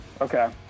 Okay